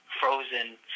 frozen